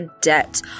debt